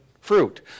fruit